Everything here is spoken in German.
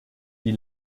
die